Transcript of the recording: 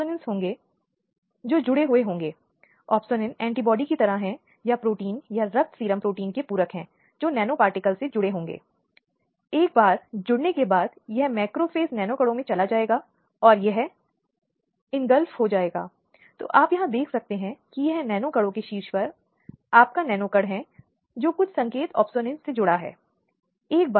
इन्हें दंड प्रक्रिया संहिता में पाया जाना है जो 1973 का एक अधिनियमन है और इन्हें विभिन्न संशोधनों के माध्यम से शामिल किया गया है जो समय समय पर प्रभावित हुए हैं